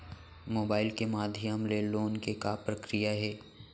Mobile के माधयम ले लोन के का प्रक्रिया हे?